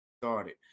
started